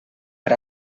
per